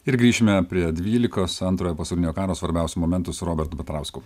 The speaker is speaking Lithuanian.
ir grįšime prie dvylikos antrojo pasaulinio karo svarbiausių momentų su robertu petrausku